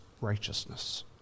righteousness